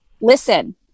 listen